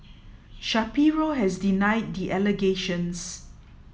Shapiro has denied the allegations